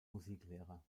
musiklehrer